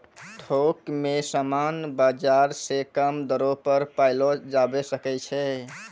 थोक मे समान बाजार से कम दरो पर पयलो जावै सकै छै